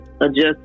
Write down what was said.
adjust